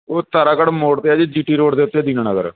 ਉਹ ਤਾਰਾਗੜ੍ਹ ਮੋੜ 'ਤੇ ਆ ਜੀ ਜੀ ਟੀ ਰੋਡ ਦੇ ਉੱਤੇ ਦੀਨਾਨਗਰ